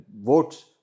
votes